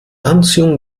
anziehung